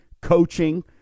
coaching